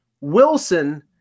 Wilson